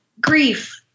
grief